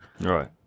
Right